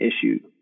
issue